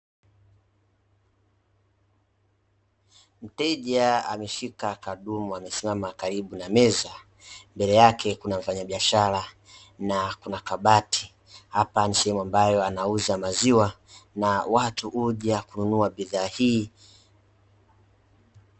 Mteja ameishika kapu amesimama kalibu na meza mbele yake kuna mfanya biashara na kuna kabati, hapa ni sehemu ambayo wanauza maziwa na watu huja kununua bidhaa hii.